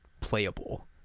playable